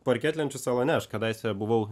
parketlenčių salone aš kadaise buvau